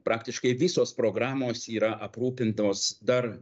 praktiškai visos programos yra aprūpintos dar